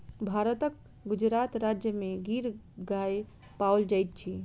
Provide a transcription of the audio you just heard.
भारतक गुजरात राज्य में गिर गाय पाओल जाइत अछि